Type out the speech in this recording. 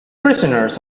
prisoners